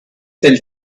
sell